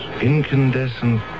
incandescent